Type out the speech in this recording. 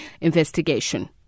investigation